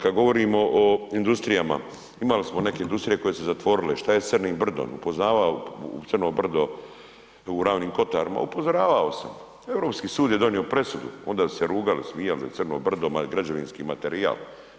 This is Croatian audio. Kad govorimo o industrijama imali smo neke industrije koje su se zatvorile, šta je s crnim brdom, upoznavao, crno brdo u Ravnim kotarima, upozoravao sam, Europski sud je donio presudu, onda su se rugali, smijali za crno brdo, građevinski materijal.